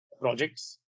projects